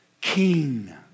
King